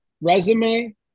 resume